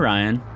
Ryan